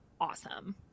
awesome